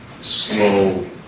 Slow